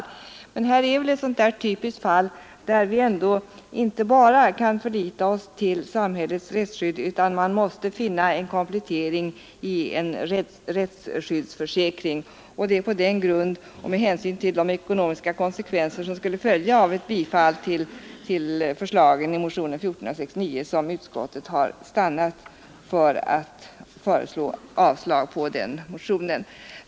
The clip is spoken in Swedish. Men detta är ett sådant typiskt fall där vi inte bara kan förlita oss på samhällets rättsskydd. Man måste finna en komplettering i en rättsskyddsförsäkring, och det är på denna grund och med hänsyn till de ekonomiska konsekvenser som skulle följa av ett bifall till förslaget i motionen 1469 som utskottet har stannat för att hemställa om avslag på motionen.